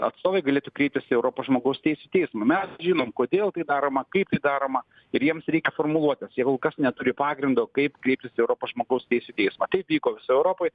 atstovai galėtų kreiptis į europos žmogaus teisių teismą mes žinom kodėl tai daroma kaip tai daroma ir jiems reikia formuluotės jie kol kas neturi pagrindo kaip kreiptis į europos žmogaus teisių teismą tai vyko visoj europoj